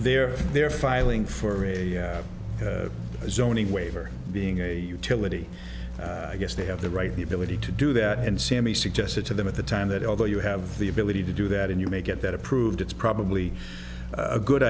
their their filing for a zoning waiver being a utility i guess they have the right the ability to do that and sammy suggested to them at the time that although you have the ability to do that and you may get that approved it's probably a good